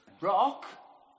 Rock